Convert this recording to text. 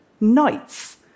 knights